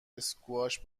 اسکواش